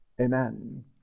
amen